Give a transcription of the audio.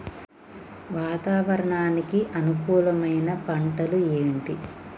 వాతావరణానికి అనుకూలమైన పంటలు ఏంటి?